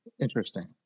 Interesting